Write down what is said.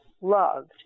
loved